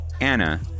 Anna